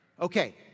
Okay